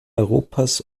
europas